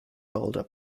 boulder